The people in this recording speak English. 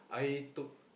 I took